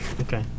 okay